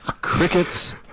crickets